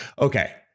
Okay